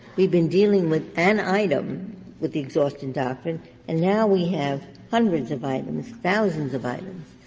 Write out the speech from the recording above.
we've been dealing with an item with the exhaustion doctrine and now we have hundreds of items, thousands of items,